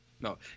No